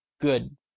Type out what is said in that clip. good